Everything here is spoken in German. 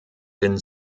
den